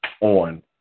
on